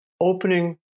opening